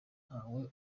ntawe